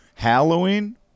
Halloween